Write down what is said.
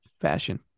fashion